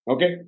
Okay